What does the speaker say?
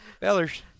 Fellers